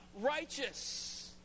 righteous